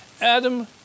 Adam